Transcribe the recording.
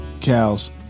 Cows